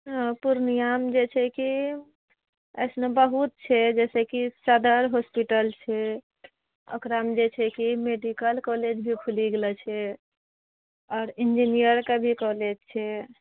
हँ पूर्णियामे जे छै कि एइसने बहुत छै जैसे कि सदर होस्पिटल छै ओकरामे जे छै कि मेडिकल कॉलेज भी खुली गेलौ छै आओर इंजिनयरके भी कॉलेज छै